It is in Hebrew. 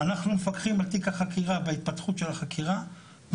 אנחנו מפקחים על תיק החקירה וההתפתחות של החקירה.